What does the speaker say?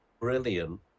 brilliant